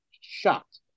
shocked